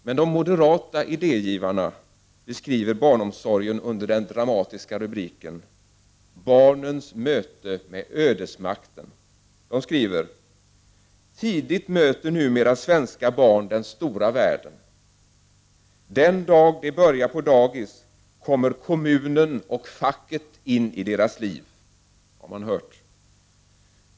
Men de moderata idégivarna beskriver barnomsorgen under den dramatiska rubriken ”Barnens möte med ödesmakten”. De skriver: ”Tidigt möter numera svenska barn den stora världen. Den dag de börjar på dagis kommer kommunen och facket in i deras liv.” Har man hört!